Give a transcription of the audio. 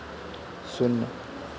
शून्य